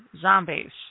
Zombies